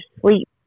sleep